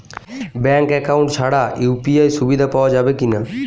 Bank account ছাড়া UPI সুবিধা পাওয়া যাবে কি না?